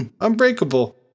unbreakable